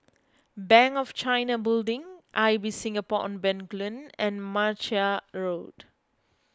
Bank of China Building Ibis Singapore on Bencoolen and Martia Road